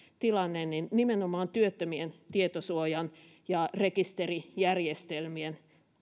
tilanne nimenomaan työttömien tietosuojan ja rekisterijärjestelmien